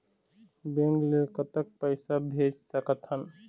Bank ले कतक पैसा भेज सकथन?